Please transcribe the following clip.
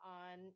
on